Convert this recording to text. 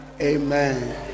Amen